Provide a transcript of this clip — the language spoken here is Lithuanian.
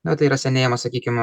na tai yra senėjimo sakykime